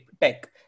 tech